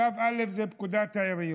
שלב א' זה פקודת העיריות.